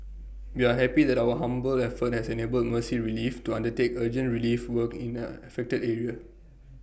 we are happy that our humble effort has enabled mercy relief to undertake urgent relief work in the affected area